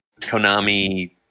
Konami